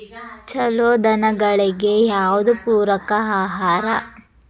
ಛಲೋ ದನಗಳಿಗೆ ಯಾವ್ದು ಪೂರಕ ಆಹಾರ?